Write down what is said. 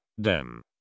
Dem